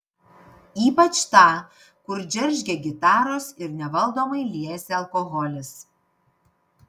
ypač tą kur džeržgia gitaros ir nevaldomai liejasi alkoholis